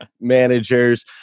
managers